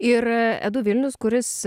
ir edu vilnius kuris